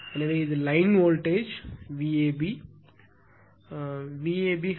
எனவே இது line voltage line voltage Vab